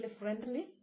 friendly